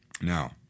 Now